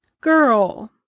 girl